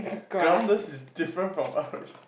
grasses is different from herbs